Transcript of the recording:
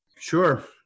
Sure